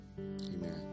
Amen